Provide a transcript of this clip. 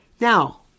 Now